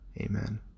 amen